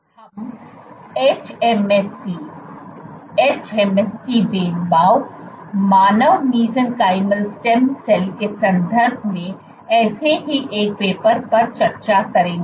हम hMSC hMSC भेदभाव मानव मेसेनकाइमल स्टेम सेल के संदर्भ में ऐसे ही एक पेपर पर चर्चा करेंगे